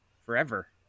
forever